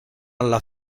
alla